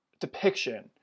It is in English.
depiction